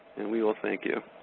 and we all thank you.